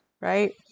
Right